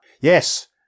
Yes